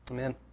Amen